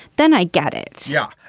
then i get it yeah.